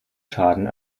schaden